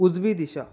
उजवी दिशा